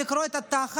לקרוע את התחת,